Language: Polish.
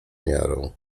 miarą